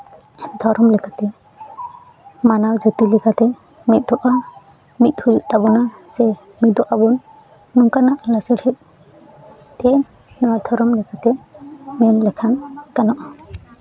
ᱫᱷᱚᱨᱚᱢ ᱞᱮᱠᱟᱛᱮ ᱢᱟᱱᱟᱣ ᱡᱟᱹᱛᱤ ᱞᱮᱠᱟᱛᱮ ᱢᱤᱫᱚᱜᱼᱟ ᱢᱤᱫ ᱦᱩᱭᱩᱜ ᱛᱟᱵᱚᱱᱟ ᱥᱮ ᱢᱤᱫᱚᱜ ᱟᱵᱚᱱ ᱱᱚᱝᱠᱟᱱᱟᱜ ᱞᱟᱥᱟᱬᱦᱮᱫ ᱛᱮ ᱱᱚᱣᱟ ᱫᱷᱚᱨᱚᱢ ᱞᱮᱠᱟᱛᱮ ᱢᱮᱱ ᱞᱮᱠᱷᱟᱱ ᱜᱟᱱᱚᱜᱼᱟ